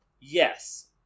Yes